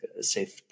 say